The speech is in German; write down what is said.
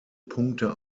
punkte